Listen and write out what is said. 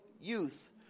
youth